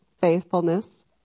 faithfulness